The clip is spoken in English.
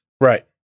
Right